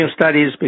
studies